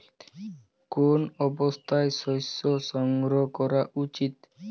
কোন অবস্থায় শস্য সংগ্রহ করা উচিৎ?